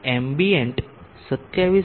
ambient 27